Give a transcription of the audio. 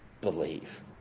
believe